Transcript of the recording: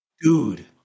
Dude